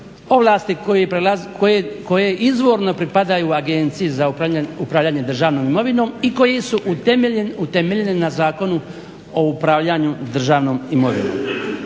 ovlasti koje izvorno pripadaju Agenciji za upravljanje državnom imovinom i koje su utemeljene na Zakonu o upravljanju državnom imovinom.